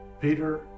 Peter